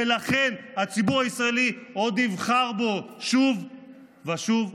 ולכן הציבור הישראלי עוד יבחר בו שוב ושוב,